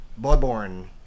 Bloodborne